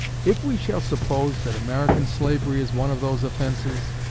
if we shall suppose that american slavery is one of those offenses,